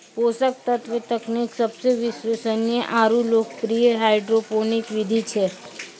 पोषक तत्व तकनीक सबसे विश्वसनीय आरु लोकप्रिय हाइड्रोपोनिक विधि छै